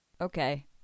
okay